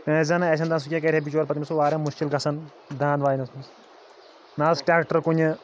کٲنٛسہِ زَن آسہِ ہہ نہٕ سُہ کیٛاہ کَرِہے بِچور پَتہٕ تٔمس اوس واریاہ مُشکِل گژھان دانٛد واینَس منٛز نہ ٲس ٹرٛٮ۪کٹَر کُنہِ